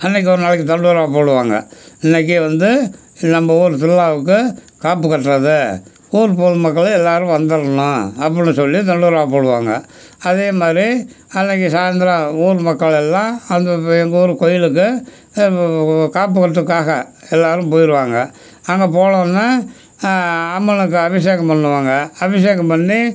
அன்னைக்கு ஒரு நாளைக்கு தண்டோரா போடுவாங்க இன்னைக்கு வந்து நம்ப ஊர் திருவிழாவுக்கு காப்பு கட்டுறது ஊர் பொது மக்கள் எல்லாரும் வந்துரணும் அப்படின்னு சொல்லி தண்டோரா போடுவாங்க அதே மாதிரி அன்னைக்கு சாய்ந்தரம் ஊர் மக்களெல்லாம் வந்து எங்கள் ஊர் கோயிலுக்கு காப்பு கட்டுறக்காக எல்லாரும் போயிருவாங்க அங்கே போனோன்னா அம்மனுக்கு அபிஷேகம் பண்ணுவாங்க அபிஷேகம் பண்ணி